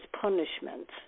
punishment